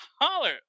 Holler